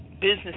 business